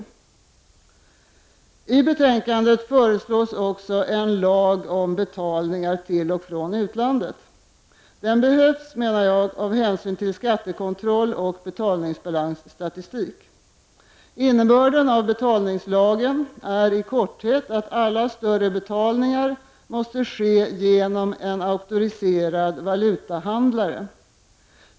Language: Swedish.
I betänkandet föreslås också en lag om betalningar till och från utlandet. Jag menar att den behövs av hänsyn till skattekontroll och betalningsbalansstatistik. Innebörden av betalningslagen är i korthet att alla större betalningar måste ske genom en auktoriserad valutahandlare.